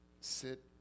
sit